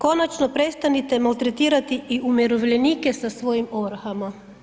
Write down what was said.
Konačno prestanite maltretirati i umirovljenike sa svojim ovrhama.